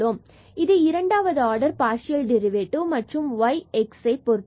எனவே இது இரண்டாவது ஆர்டர் பார்சியல் டெரிவேட்டிவ் மற்றும் y மற்றும் x பொருத்தது